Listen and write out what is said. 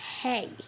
Hey